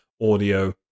audio